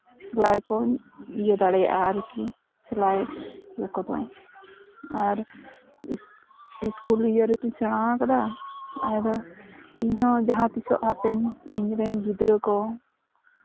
ᱥᱤᱞᱟᱭ ᱠᱚᱧ ᱤᱭᱟᱹ ᱫᱟᱲᱮᱭᱟᱜᱼᱟ ᱟᱨᱠᱤ ᱥᱮᱞᱟᱭ ᱠᱚᱦᱚᱸ ᱟᱨ ᱥᱠᱩᱞ ᱤᱭᱟᱹ ᱨᱮᱛᱚᱧ ᱥᱮᱲᱟ ᱠᱟᱫᱟ ᱤᱧᱦᱚᱸ ᱡᱟᱦᱟᱸ ᱛᱤᱥᱚᱜ ᱦᱟᱯᱮᱱ ᱤᱧ ᱨᱮᱱ ᱜᱤᱫᱽᱨᱟᱹ ᱠᱚ